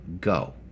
go